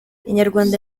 inyarwanda